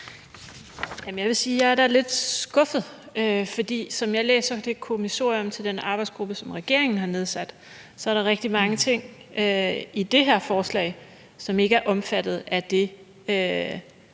da er lidt skuffet, for som jeg læser det kommissorium til den arbejdsgruppe, som regeringen har nedsat, er der rigtig mange ting i det her forslag, som ikke er omfattet af det